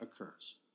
occurs